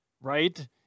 Right